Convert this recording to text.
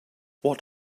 what